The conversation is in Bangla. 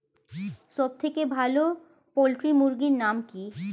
সবথেকে ভালো পোল্ট্রি মুরগির নাম কি?